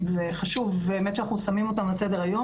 וחשוב באמת שאנחנו שמים אותן על סדר היום